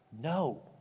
No